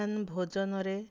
ମାଧ୍ୟାହ୍ନ ଭୋଜନରେ